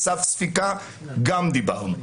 סף ספיקה, גם דיברנו עליו.